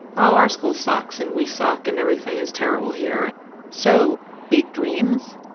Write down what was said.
our school sucks and we suck and everything is terrible here so big dreams,